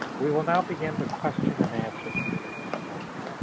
we will now begin the question and answer period of the program.